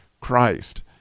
Christ